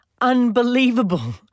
Unbelievable